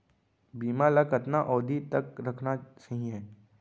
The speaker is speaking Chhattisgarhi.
बीमा ल कतना अवधि तक रखना सही हे?